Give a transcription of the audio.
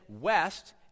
west